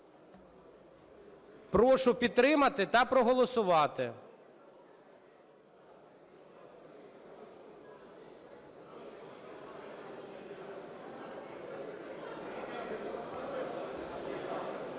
Прошу підтримати та проголосувати.